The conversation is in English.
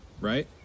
right